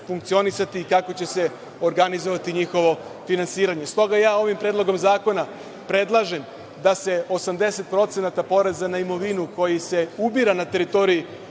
funkcionisati i kako će se organizovati njihovo finansiranje. Stoga ovim predlogom zakona predlažem da se 80% poreza na imovinu, koji se ubira na teritoriji